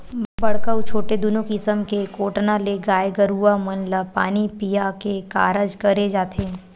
बड़का अउ छोटे दूनो किसम के कोटना ले गाय गरुवा मन ल पानी पीया के कारज करे जाथे